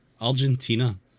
argentina